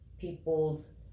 People's